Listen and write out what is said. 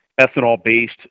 ethanol-based